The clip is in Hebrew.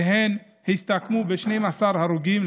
והן הסתכמו ב-12 הרוגים,